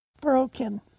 broken